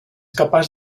capaç